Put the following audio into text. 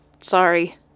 Sorry